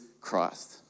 Christ